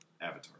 Avatar